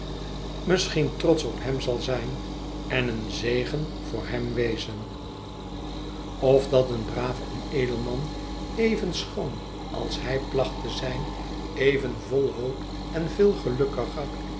misschien trotsch op hem zal zijn en een zegen voor hem wezen of dat een braaf harold skimple geheel en al ma en edel man even schoon als hij placht te zijn even vol hoop en veel gelukkiger